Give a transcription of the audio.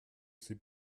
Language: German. sie